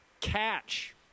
Catch